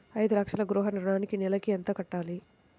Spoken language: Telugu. ఐదు లక్షల గృహ ఋణానికి నెలకి ఎంత కట్టాలి?